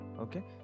Okay